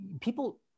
People